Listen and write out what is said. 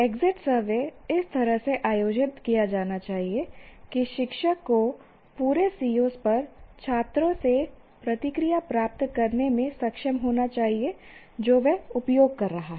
exit survey इस तरह से आयोजित किया जाना चाहिए कि शिक्षक को पूरे COs पर छात्रों से प्रतिक्रिया प्राप्त करने में सक्षम होना चाहिए जो वह उपयोग कर रहा है